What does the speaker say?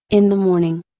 in the morning.